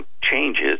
changes